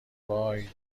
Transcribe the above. وای